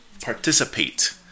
Participate